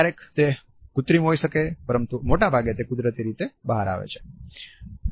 ક્યારેક તે કૃત્રિમ હોઈ શકે છે પરંતુ મોટાભાગે તે કુદરતી રીતે બહાર આવે છે